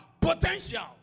potential